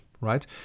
right